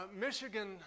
Michigan